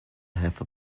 have